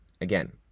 Again